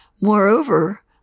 Moreover